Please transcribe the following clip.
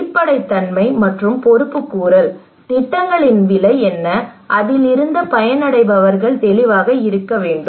வெளிப்படைத்தன்மை மற்றும் பொறுப்புக்கூறல் திட்டங்களின் விலை என்ன அதில் இருந்து பயனடைபவர்கள் தெளிவாக இருக்க வேண்டும்